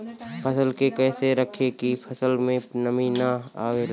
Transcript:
फसल के कैसे रखे की फसल में नमी ना आवा पाव?